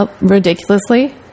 ridiculously